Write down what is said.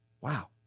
Wow